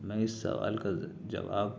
میں اس سوال کا جواب